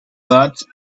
that